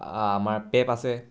আমাৰ পেপ আছে